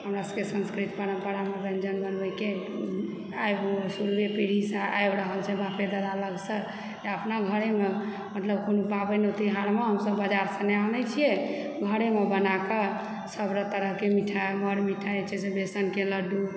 हमरासभकेँ संस्कृति परम्परामे व्यञ्जन बनबैके आबि शुरुए पीढ़ीसँ आबि रहल छै बापे दादा लगसँ अपना घरेमे मतलब कोनो पाबनि तिहारमे हमसभ बाजारसँ नहि आनैत छियै घरेमे बना कऽ सभतरह तरहकेँ मिठाइ मर मिठाइ जे छै बेसनके लड्डू